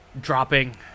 dropping